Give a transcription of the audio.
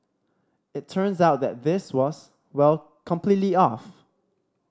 it turns out that this was well completely off